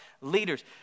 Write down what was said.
leaders